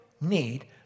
need